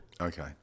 okay